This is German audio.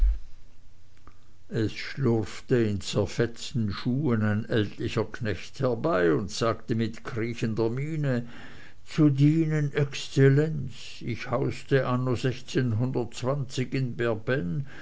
es schlurfte in zerfetzten schuhen ein ältlicher knecht herbei und sagte mit kriechender miene zu dienen exzellenz ich hauste anno in